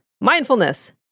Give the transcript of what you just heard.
Mindfulness